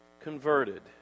converted